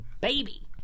baby